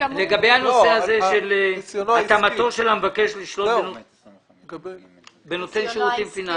לגבי הנושא הזה של התאמתו של המבקש בנותן שירותים פיננסיים.